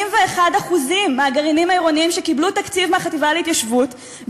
81% מהגרעינים העירוניים שקיבלו תקציב מהחטיבה להתיישבות,